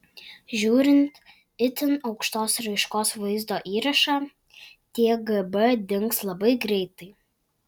žiūrint itin aukštos raiškos vaizdo įrašą tie gb dings labai greitai